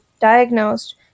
diagnosed